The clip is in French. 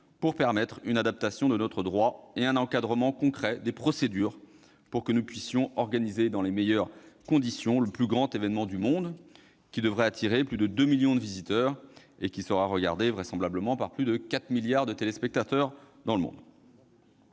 d'adapter notre droit et de mettre en place un encadrement concret des procédures pour que nous puissions organiser dans les meilleures conditions le plus grand événement du monde, qui devrait attirer plus de deux millions de visiteurs et qui sera regardé par plus de quatre milliards de téléspectateurs dans le monde.